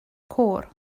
côr